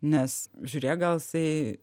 nes žiūrėk gal jisai